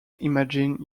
imagine